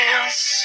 Dance